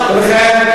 בסדר.